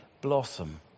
blossom